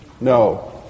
No